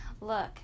look